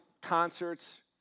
concerts